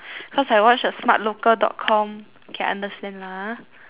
cause I watch a smart local dot com can understand lah ah